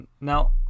now